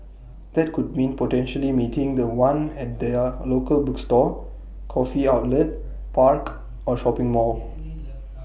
that could mean potentially meeting The One at their local bookstore coffee outlet park or shopping mall